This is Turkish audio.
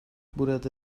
burada